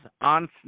on